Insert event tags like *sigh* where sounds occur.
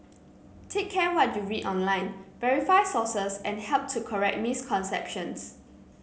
take care what you read online verify sources and help to correct *noise* misconceptions